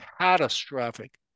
catastrophic